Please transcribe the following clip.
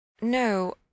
No